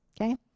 okay